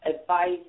advice